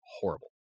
horrible